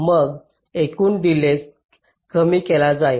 मग एकूण डिलेज कमी केला जाईल